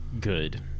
Good